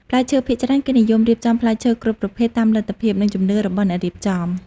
ផ្លែឈើភាគច្រើន គេនិយមរៀបចំផ្លែឈើគ្រប់ប្រភេទតាមលទ្ធភាព និងជំនឿរបស់អ្នករៀបចំ។